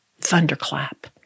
thunderclap